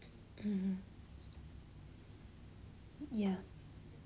mmhmm ya